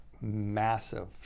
massive